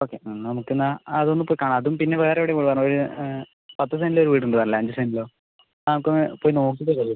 okay എന്നാൽ നമുക്ക് എന്നാൽ അത് ഒന്ന് പോയി കാണാം അതും പിന്ന വേറെ എവിടെയൊ പറഞ്ഞില്ലേ ഒരു പത്ത് സെന്റിൽ ഒരു വീട് ഉണ്ട് എന്നുപറഞ്ഞില്ലേ അഞ്ച് സെന്റിലോ നമുക്കൊന്ന് പോയി നോക്കിയിട്ട്